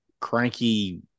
cranky